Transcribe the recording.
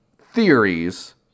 theories